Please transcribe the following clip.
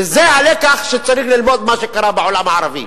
וזה הלקח שצריך ללמוד ממה שקרה בעולם הערבי.